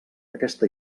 aquesta